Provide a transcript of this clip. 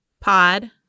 pod